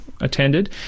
attended